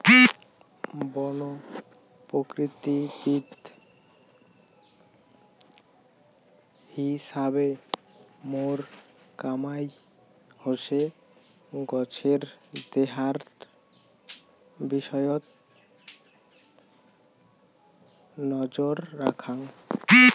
বন প্রযুক্তিবিদ হিছাবে মোর কামাই হসে গছের দেহার বিষয়ত নজর রাখাং